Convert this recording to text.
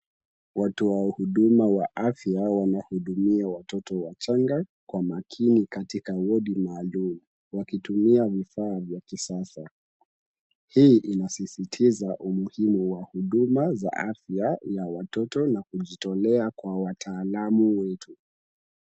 Watoa huduma wa afya wanahudumia watoto wachanga kwa makini katika wodi maalum, wakitumia vifaa vya kisasa. Hii inasisitiza umuhimu wa huduma za afya na watoto na kujitolea kwa wataalam wetu.